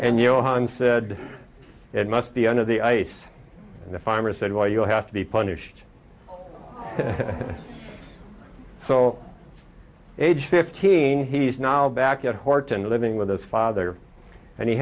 and johan said it must be under the ice in the farmer said well you'll have to be punished so age fifteen he's now back at heart and living with his father and he